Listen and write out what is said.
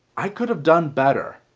i could have done better.